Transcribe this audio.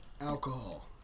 alcohol